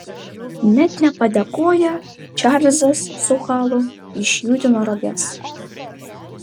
net nepadėkoję čarlzas su halu išjudino roges